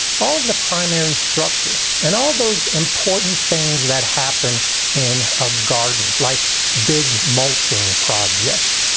all of the primary structures and all those important things that happen in a garden like big mulching projects.